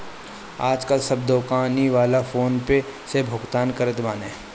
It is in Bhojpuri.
आजकाल सब दोकानी वाला फ़ोन पे से भुगतान करत बाने